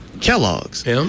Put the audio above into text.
Kellogg's